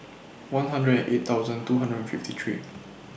one hundred and eight thousand two hundred and fifty three